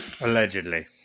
allegedly